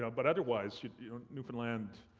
yeah but otherwise, you know and newfoundland,